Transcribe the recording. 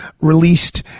released